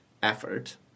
effort